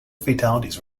fatalities